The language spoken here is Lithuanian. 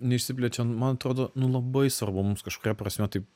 neišsiplečiant man atrodo nu labai svarbu mums kažkuria prasme taip